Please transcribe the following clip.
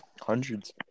Hundreds